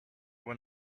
when